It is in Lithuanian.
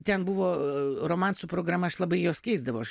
ten buvo romansų programa aš labai juos keisdavau aš